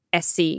SC